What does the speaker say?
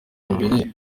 imbere